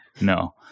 No